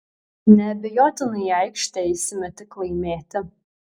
neabejotinai į aikštę eisime tik laimėti